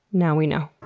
now we know.